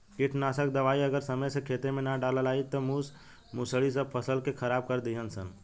कीटनाशक दवाई अगर समय से खेते में ना डलाइल त मूस मुसड़ी सब फसल के खराब कर दीहन सन